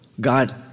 God